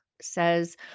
says